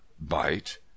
bite